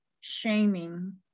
shaming